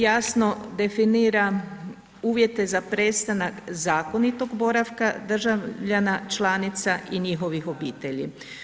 Jasno definira uvjete za prestanak zakonitog boravka državljana članica i njihovih obitelji.